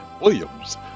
Williams